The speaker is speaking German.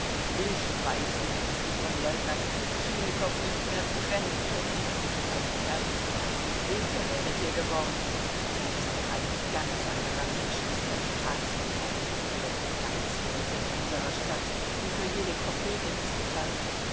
ich weiß du hättest dich vom leutnant kuwschinnikow nicht mehr trennen können ein herz und eine seele wäret ihr geworden der ist doch ein ganz anderer mensch als der staatsanwalt und alle die geizhälse in unserer stadt die für jede kopeke zittern